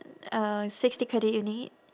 uh sixty credit you need